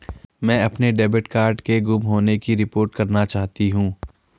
मैं अपने debit card के गुम होने की रिपोर्ट करना चाहती हूँ